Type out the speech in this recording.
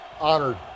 Honored